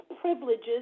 privileges